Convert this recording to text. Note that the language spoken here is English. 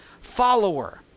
follower